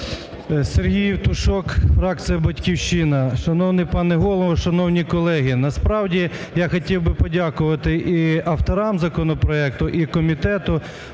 Сергій Євтушок фракція "Батьківщина". Шановний пане Голово, шановні колеги. Насправді, я хотів би подякувати і авторам законопроекту і комітету.